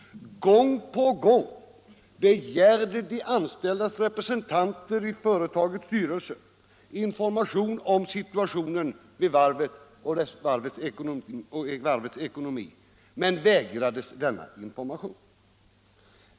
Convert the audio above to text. Gång på gång begärde de anställdas representanter i företagets styrelse information om situationen i varvet och varvets ekonomi, men vägrades denna information.